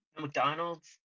McDonald's